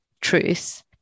truth